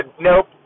nope